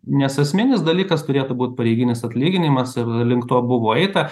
nes esminis dalykas turėtų būt pareiginis atlyginimas ir link to buvo eita